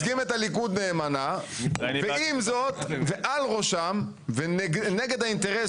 מייצגים את הליכוד נאמנה ועם זאת ועל ראשם ונגד האינטרס